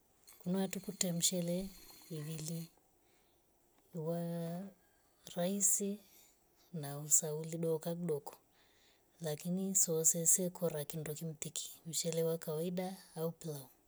Kunuati kutwe mshele ivili waa raisi na usauli boka kidoko kakini swa sweswe kora kindoki kimtiki mshele wa kawaida au pilau